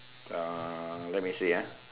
uh let me see ah